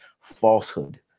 falsehood